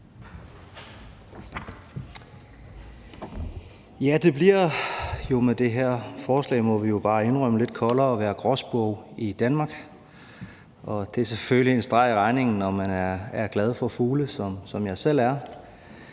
Det bliver jo med det her forslag, må vi bare indrømme, lidt koldere at være gråspurv i Danmark, og det er selvfølgelig en streg i regningen, når man er glad for fugle, som jeg selv er.